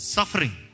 Suffering